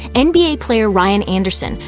and nba player ryan anderson,